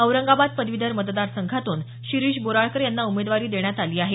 औरंगाबाद पदवीधर मतदारसंघातून शिरीष बोराळकर यांना उमेदवारी देण्यात आली आहे